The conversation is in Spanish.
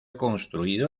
construido